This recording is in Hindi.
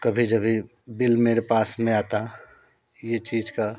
कभी जभी बिल मेरे पास में आता ये चीज़ का